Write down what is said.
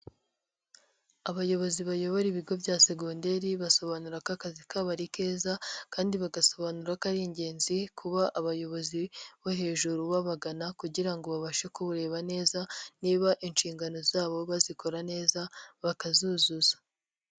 Abayobozi bayobora ibigo bya segonderi basobanura ko akazi kabo ari keza kandi bagasobanura ko ari ingenzi kuba abayobozi bo hejuru babagana kugira ngo babashe kureba neza niba inshingano zabo bazikora neza bakazuzuza.